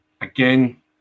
again